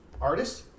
artist